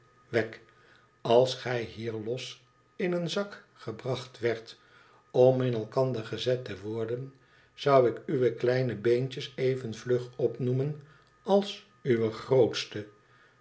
wegg als gij hier los in een zak gebracht werdt om in elkander gezet te worden zou ik uwe kleine beentjes even vlug opnoemen als uwe grootste